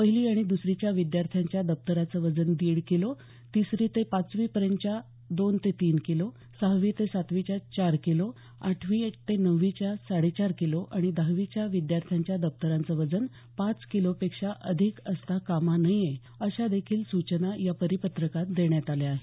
पहिली आणि दुसरीच्या विद्यार्थ्यांच्या दप्तराचं वजन दीड किलो तिसरी ते पाचवीपर्यंतच्या दोन ते तीन किलो सहावी ते सातवीच्या चार किलो आठवी ते नववीच्या साडेचार किलो आणि दहावीच्या विद्यार्थ्यांच्या दप्तरांचं वजन पाच किलोपेक्षा अधिक असता कामा नये अशादेखील सूचना या परिपत्रकात देण्यात आल्या आहेत